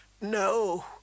No